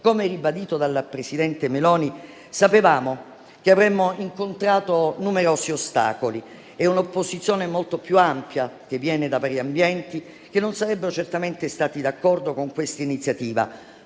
Come ribadito dal presidente Meloni, sapevamo che avremmo incontrato numerosi ostacoli e un'opposizione molto più ampia, proveniente da vari ambienti che non sarebbero certamente stati d'accordo con questa iniziativa.